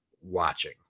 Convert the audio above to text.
watching